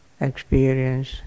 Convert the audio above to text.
experience